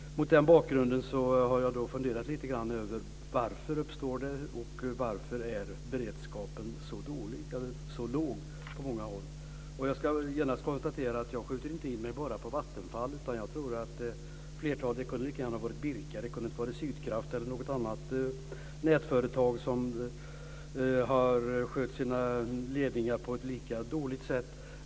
Mot den bakgrunden har jag funderat lite grann över varför det uppstår och varför beredskapen är så låg på många håll. Jag ska genast konstatera att jag inte skjuter in mig bara på Vattenfall, utan jag tror att det lika gärna hade kunnat vara Birka, Sydkraft eller något annat nätföretag som har skött sina ledningar på ett lika dåligt sätt.